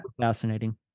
fascinating